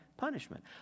punishment